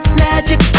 magic